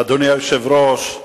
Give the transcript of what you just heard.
אדוני היושב-ראש,